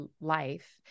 life